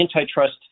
antitrust